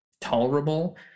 tolerable